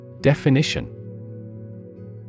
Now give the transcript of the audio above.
Definition